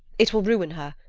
it will ruin her,